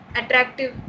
attractive